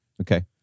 Okay